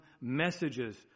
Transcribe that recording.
messages